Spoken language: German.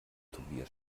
tobias